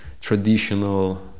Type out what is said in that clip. traditional